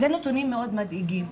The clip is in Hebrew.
אלה נתונים מאוד מדאיגים.